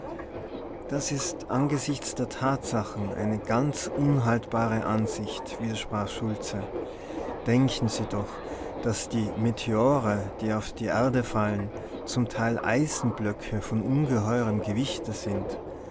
das ist angesichts der tatsachen eine ganz unhaltbare ansicht widersprach schultze denken sie doch daß die meteore die auf die erde fallen zum teil eisenblöcke von ungeheurem gewichte sind